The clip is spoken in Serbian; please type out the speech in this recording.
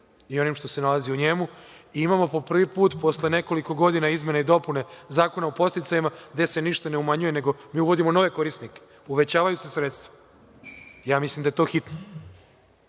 i onim što se nalazi u njemu. Imamo po prvi put, posle nekoliko godina, izmene i dopune Zakona o podsticajima gde se ništa ne umanjuje, nego mi uvodimo nove korisnike, uvećavaju se sredstva. Ja mislim da je to hitno.